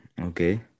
Okay